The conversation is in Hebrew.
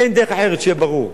אין דרך אחרת, שיהיה ברור.